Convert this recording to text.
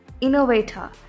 innovator